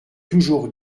toujours